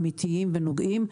אמיתיים ונוגעים.